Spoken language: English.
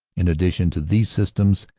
in addition to these systems,